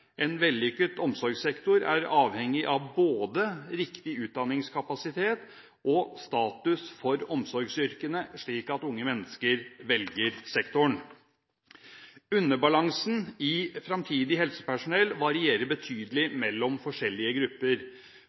En vellykket omsorgssektor er avhengig av både riktig utdanningskapasitet og status for omsorgsyrkene, slik at unge mennesker velger sektoren. Underbalansen i fremtidig helsepersonell varierer betydelig mellom forskjellige grupper.